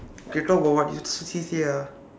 okay talk about what it's C_C_A ah